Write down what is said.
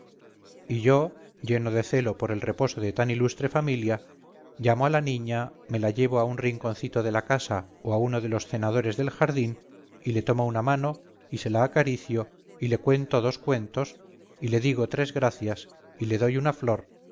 y yo lleno de celo por el reposo de tan ilustre familia llamo a la niña me la llevo a un rinconcito de la casa o a uno de los cenadores del jardín y le tomo una mano y se la acaricio y le cuento dos cuentos y le digo tres gracias y le doy una flor